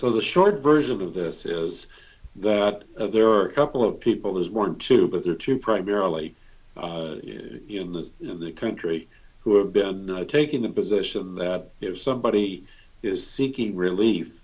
so the short version of this is that there are a couple of people whose want to but there are two primarily in the in the country who have been taking the position that if somebody is seeking relief